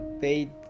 paid